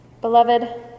Beloved